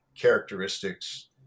characteristics